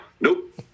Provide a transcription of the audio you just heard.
Nope